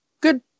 good